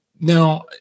Now